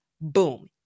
Boom